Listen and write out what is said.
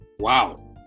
wow